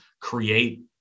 create